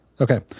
Okay